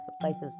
places